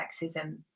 sexism